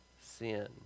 sin